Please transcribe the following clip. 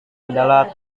adalah